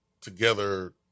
together